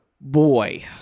Boy